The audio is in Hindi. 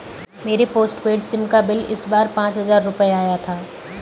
मेरे पॉस्टपेड सिम का बिल इस बार पाँच हजार रुपए आया था